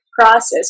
process